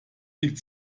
liegt